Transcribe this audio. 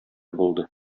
булды